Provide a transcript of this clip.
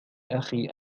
أخي